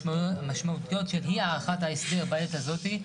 המשמעות של אי- הארכת ההסדר בעת הזאת,